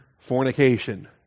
fornication